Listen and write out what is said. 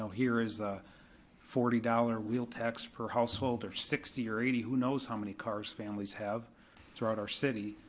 so here is a forty dollars wheel tax per household or sixty or eighty, who knows how many cars families have throughout our city,